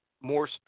more